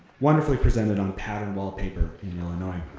wonderfully presented on patterned wallpaper in illinois.